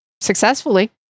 successfully